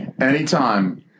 anytime